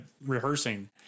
rehearsing